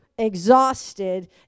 exhausted